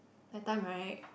the time right